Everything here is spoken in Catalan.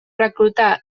reclutar